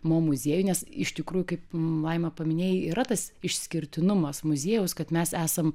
mo muziejuj nes iš tikrųjų kaip laima paminėjai yra tas išskirtinumas muziejaus kad mes esam